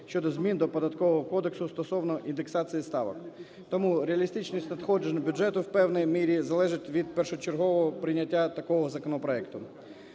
щодо змін до Податкового кодексу стосовно індексації ставок. Тому реалістичність надходжень бюджету в певній мірі залежить від першочергового прийняття такого законопроекту.